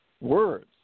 words